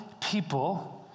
people